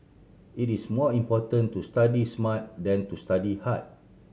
it is more important to study smart than to study hard